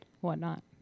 whatnot